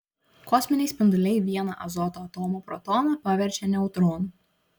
kosminiai spinduliai vieną azoto atomo protoną paverčia neutronu